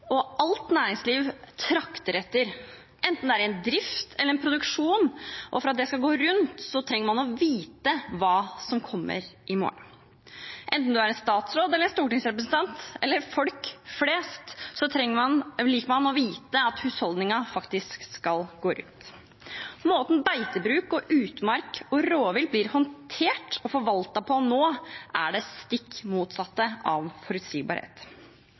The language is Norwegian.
og alt næringsliv trakter etter. Enten det er i en drift eller en produksjon og for at det skal gå rundt, trenger man å vite hva som kommer i morgen. Enten man er statsråd, stortingsrepresentant eller folk flest, liker man å vite at husholdningen faktisk skal gå rundt. Måten beitebruk, utmark og rovvilt blir håndtert og forvaltet på nå, er det stikk motsatte av forutsigbarhet.